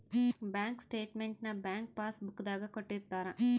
bank statement ನ bank passbook ದಾಗ ಕೊಟ್ಟಿರ್ತಾರ